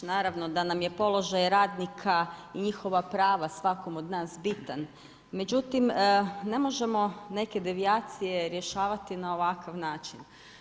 Naravno da nam je položaj radnika i njihova prava svakom od nas bitan, međutim ne možemo neke devijacije rješavati na ovakav način.